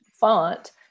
font